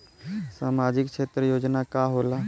सामाजिक क्षेत्र योजना का होला?